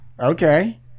Okay